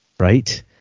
Right